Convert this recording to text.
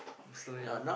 I'm still young